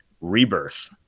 Rebirth